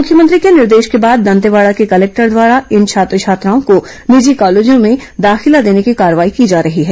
मुख्यमंत्री के निर्देश के बाद दंतेवाड़ा के कलेक्टर द्वारा इन छात्र छात्राओं को निजी कॉलेजों में दाखिला देने की कार्रवाई की जा रही है